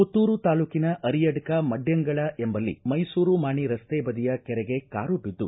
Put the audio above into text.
ಪುತ್ತೂರು ತಾಲೂಕಿನ ಅರಿಯಡ್ಕ ಮಡ್ಡಂಗಳ ಎಂಬಲ್ಲಿ ಮೈಸೂರು ಮಾಣಿ ರಸ್ತೆ ಬದಿಯ ಕೆರೆಗೆ ಕಾರು ಬಿದ್ದು